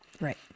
Right